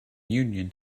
union